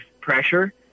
pressure